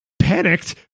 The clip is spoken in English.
Panicked